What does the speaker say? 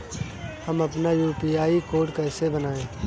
हम अपना UPI code कैसे बनाएँ?